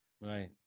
right